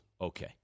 Okay